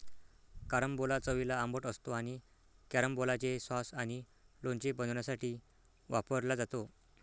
carambola चवीला आंबट असतो आणि कॅरंबोलाचे सॉस आणि लोणचे बनवण्यासाठी वापरला जातो